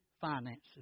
finances